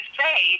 say